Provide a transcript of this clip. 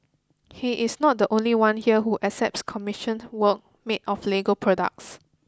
he is not the only one here who accepts commissioned work made of Lego products